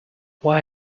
why